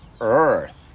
Earth